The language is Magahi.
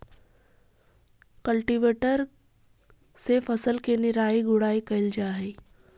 कल्टीवेटर से फसल के निराई गुडाई कैल जा हई